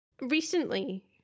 Recently